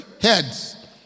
heads